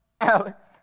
Alex